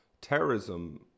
terrorism